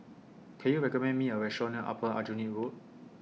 Can YOU recommend Me A Restaurant near Upper Aljunied Road